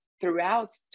throughout